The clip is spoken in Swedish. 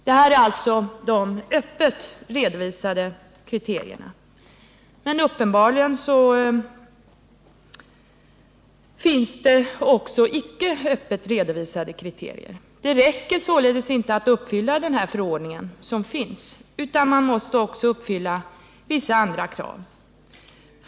Detta är alltså de öppet redovisade kriterierna. Men uppenbarligen finns det också icke öppet redovisade kriterier. Det räcker således inte med att uppfylla förordningen, utan man måste också uppfylla vissa andra krav.